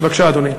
בבקשה, אדוני.